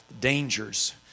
dangers